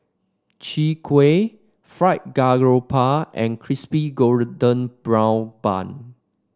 Chwee Kueh Fried Garoupa and Crispy Golden Brown Bun